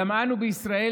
אולם אנו בישראל,